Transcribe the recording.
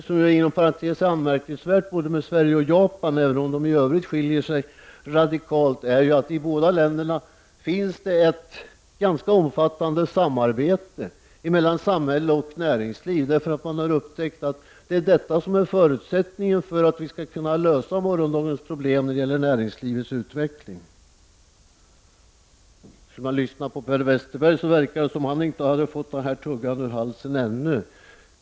Det som är anmärkningsvärt med Sverige och Japan, även om länderna i övrigt skiljer sig åt radikalt, är att det i de båda länderna finns ett ganska omfattande samarbete mellan samhälle och näringsliv. Man har upptäckt att det är detta som är förutsättningen för att vi skall kunna lösa morgondagens problem när det gäller näringslivets utveckling. Lyssnar man på Per Westerberg verkar det som om han inte har fått tuggan ur halsen ännu.